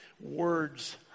Words